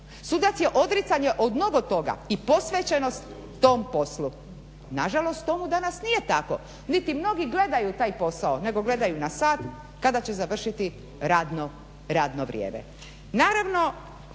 sudac je odricanje od mnogo toga i posvećenost tom poslu. Nažalost, to danas nije tako. Niti mnogi gledaju taj posao nego gledaju na sat kada će završiti radno vrijeme.